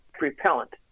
repellent